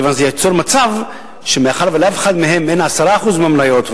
כיוון שזה ייצור מצב שמאחר שלאף אחד מהם אין 10% מהמניות,